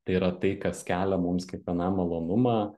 tai yra tai kas kelia mums kiekvienam malonumą